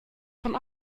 von